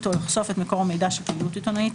או לחשוף את מקור המידע של פעילות עיתונאית,